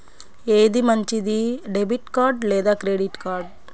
ఏది మంచిది, debit card లేదా క్రెడిట్ కార్డ్?